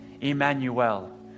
Emmanuel